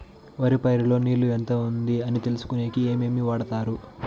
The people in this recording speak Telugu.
వరి పైరు లో నీళ్లు ఎంత ఉంది అని తెలుసుకునేకి ఏమేమి వాడతారు?